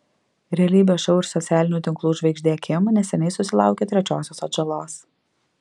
realybės šou ir socialinių tinklų žvaigždė kim neseniai susilaukė trečiosios atžalos